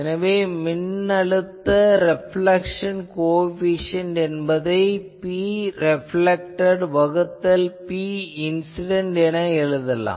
எனவே மின்னழுத்த reflection coefficient என்பதை Preflected வகுத்தல் Pincident என எழுதலாம்